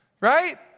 Right